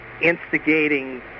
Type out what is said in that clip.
instigating